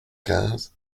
quinze